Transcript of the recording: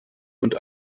und